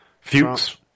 Fuchs